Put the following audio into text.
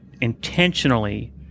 intentionally